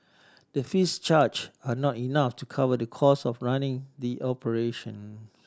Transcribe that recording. the fees charged are not enough to cover the cost of running the operation